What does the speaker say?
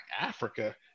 Africa